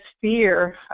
fear